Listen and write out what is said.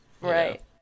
Right